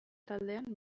taldean